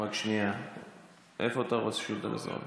לשאילתה שלך.